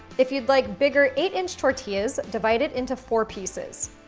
if you'd like bigger eight-inch tortillas, divide it into four pieces.